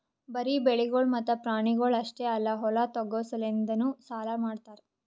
ಬರೀ ಬೆಳಿಗೊಳ್ ಮತ್ತ ಪ್ರಾಣಿಗೊಳ್ ಅಷ್ಟೆ ಅಲ್ಲಾ ಹೊಲ ತೋಗೋ ಸಲೆಂದನು ಸಾಲ ಮಾಡ್ತಾರ್